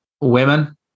Women